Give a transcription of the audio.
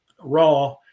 raw